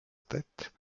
tête